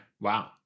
Wow